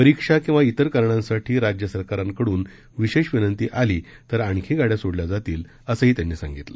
परीक्षा किंवा इतर कारणांसाठी राज्य सरकारांकडून विशेष विनंती आली तर आणखी गाडया सोडल्या जातील असंही त्यांनी सांगितलं